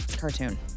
Cartoon